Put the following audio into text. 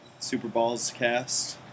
SuperballsCast